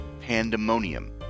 Pandemonium